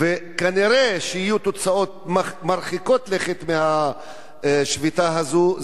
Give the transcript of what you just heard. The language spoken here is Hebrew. וכנראה שיהיו תוצאות מרחיקות לכת מהשביתה הזאת,